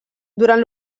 durant